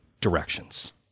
directions